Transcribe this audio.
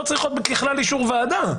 כי תקנות רגילות לא צריכות ככלל אישור ועדה.